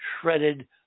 shredded